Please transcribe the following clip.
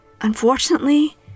unfortunately